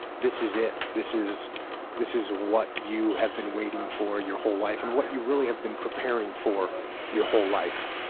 this is it. this is this is what you have been waiting for your whole life and what you really have been preparing for your whole life.